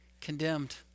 condemned